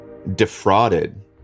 defrauded